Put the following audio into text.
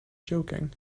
joking